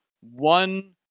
one